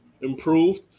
improved